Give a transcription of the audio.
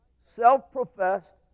self-professed